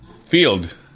field